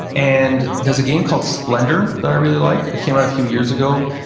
and there's a game called splendor that i really like. it came out a few years ago.